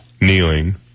kneeling